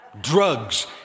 Drugs